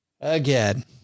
again